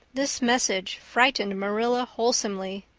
this message frightened marilla wholesomely.